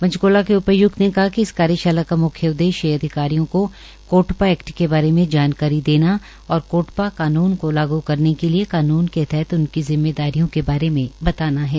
पंचकूला के उपायक्त ने कहा कि इस कार्यशाला का म्ख्य उद्देश्य अधिकारियों को कोटपा एक्ट के बारे में जानकारी देना और कोटपा कानून को लागू करने के लिए कानून के तहत उनकी जिम्मेदारियों के बारे में बताना है